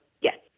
yes